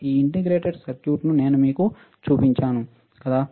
ఈ ఇంటిగ్రేటెడ్ సర్క్యూట్ను నేను మీకు చూపించాను కాదా